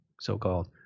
so-called